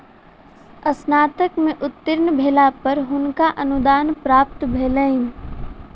स्नातक में उत्तीर्ण भेला पर हुनका अनुदान प्राप्त भेलैन